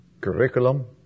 curriculum